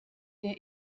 der